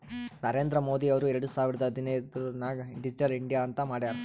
ನರೇಂದ್ರ ಮೋದಿ ಅವ್ರು ಎರಡು ಸಾವಿರದ ಹದಿನೈದುರ್ನಾಗ್ ಡಿಜಿಟಲ್ ಇಂಡಿಯಾ ಅಂತ್ ಮಾಡ್ಯಾರ್